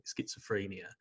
schizophrenia